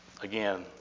Again